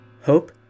hope